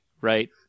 right